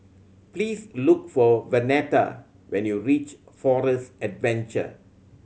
please look for Vernetta when you reach Forest Adventure